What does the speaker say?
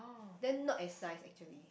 then not as nice actually